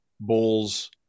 Bulls